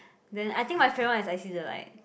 then I think my favorite one is I See the Light